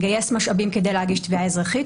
לגייס משאבים כדי להגיש תביעה אזרחית.